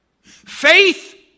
faith